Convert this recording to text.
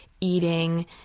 eating